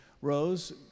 Rose